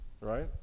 right